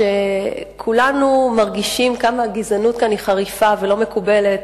כולנו מרגישים כמה הגזענות כאן היא חריפה ולא מקובלת,